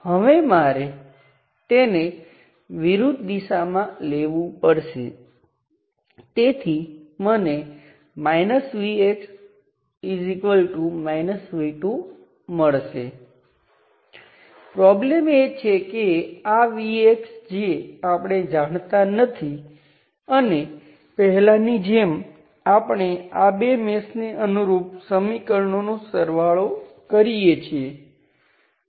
હવે તે દર્શાવે છે છે કે જો તમારી પાસે સર્કિટમાં સમાન વોલ્ટેજવાળા વિવિધ નોડ હોય તો તમે સર્કિટમાં બીજું કાંઈપણ બદલ્યા વિના તેમને વાયર વડે જોડી શકો છો